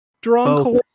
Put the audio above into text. Drunk